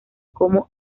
como